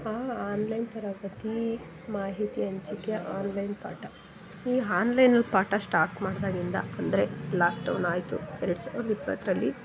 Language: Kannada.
ಆನ್ಲೈನ್ ತರಗತಿ ಮಾಹಿತಿ ಹಂಚಿಕೆ ಆನ್ಲೈನ್ ಪಾಠ ಈ ಹಾನ್ಲೈನಲ್ಲಿ ಪಾಠ ಸ್ಟಾಟ್ ಮಾಡಿದಾಗಿಂದ ಅಂದರೆ ಲಾಕ್ಡೌನ್ ಆಯಿತು ಎರಡು ಸಾವಿರದ ಇಪ್ಪತ್ತರಲ್ಲಿ